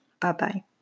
Bye-bye